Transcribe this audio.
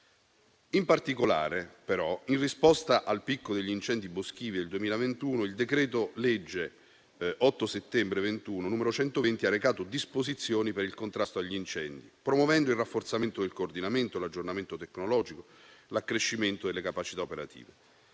In particolare, però, in risposta al picco degli incendi boschivi del 2021, il decreto-legge 8 settembre 2021, n. 120, ha recato disposizioni per il contrasto agli incendi, promuovendo il rafforzamento del coordinamento, l'aggiornamento tecnologico e l'accrescimento delle capacità operative.